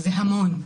זה המון.